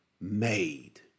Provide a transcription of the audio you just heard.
made